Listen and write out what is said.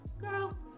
Girl